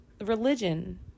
religion